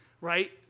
right